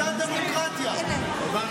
זו הדמוקרטיה, כמו שהיא נראית.